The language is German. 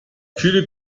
viele